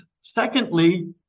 Secondly